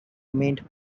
remained